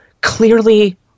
clearly